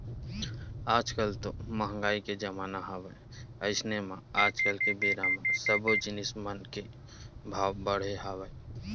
आज कल तो मंहगाई के जमाना हवय अइसे म आज के बेरा म सब्बो जिनिस मन के भाव बड़हे हवय